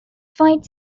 fight